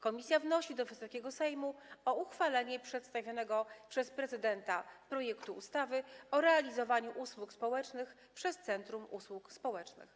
Komisja wnosi do Wysokiego Sejmu o uchwalenie przedstawionego przez prezydenta projektu ustawy o realizowaniu usług społecznych przez centrum usług społecznych.